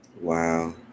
Wow